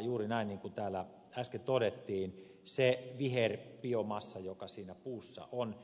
juuri näin niin kuin täällä äsken todettiin kun se viherbiomassa joka siinä puussa on